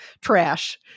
trash